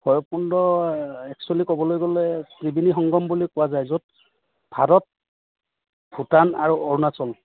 ভৈৰৱকুণ্ড একচুৱেলি ক'বলৈ গ'লে ত্ৰিবেণী সংগম বুলি কোৱা যায় য'ত ভাৰত ভূটান আৰু অৰুণাচল